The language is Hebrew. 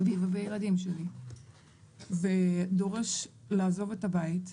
בי ובילדים שלי ודורש לעזוב את הבית,